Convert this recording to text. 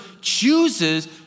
chooses